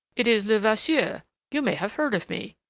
it is levasseur. you may have heard of me.